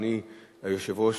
אדוני היושב-ראש,